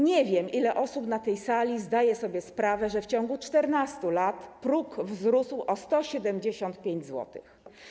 Nie wiem, ile osób na tej sali zdaje sobie sprawę, że w ciągu 14 lat próg wzrósł o 175 zł.